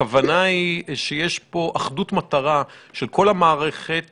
הכוונה היא שיש פה אחדות מטרה של כל המערכת